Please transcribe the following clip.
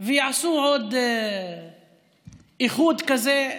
ויעשו עוד איחוד כזה,